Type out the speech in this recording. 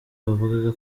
bavugaga